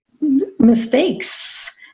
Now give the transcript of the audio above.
mistakes